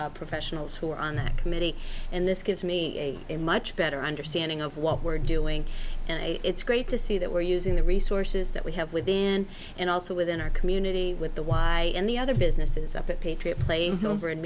ed professionals who are on that committee and this gives me a much better understanding of what we're doing and it's great to see that we're using the resources that we have within and also within our community with the y and the other businesses up at patriot plagues over in